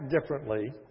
differently